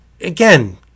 again